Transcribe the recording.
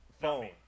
phone